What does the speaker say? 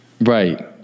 right